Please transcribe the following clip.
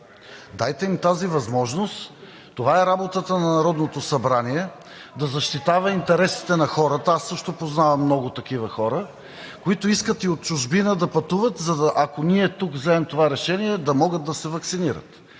Дайте им тази възможност. Това е работата на Народното събрание – да защитава интересите на хората – аз също познавам много такива хора, които искат и от чужбина да пътуват, ако ние тук вземем това решение да могат да се ваксинират.